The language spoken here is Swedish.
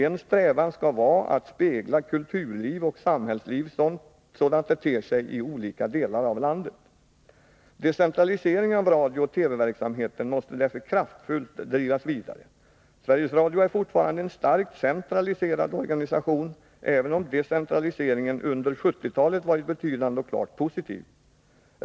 En strävan skall vara att spegla kulturliv och samhällsliv såsom de ter sig i olika delar av landet. Decentraliseringen av radiooch TV-verksamheten måste därför kraftfullt drivas vidare. Sveriges Radio är fortfarande en starkt centraliserad organisation, även om decentraliseringen under 1970-talet varit betydande och klart positiv.